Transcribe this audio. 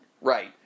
Right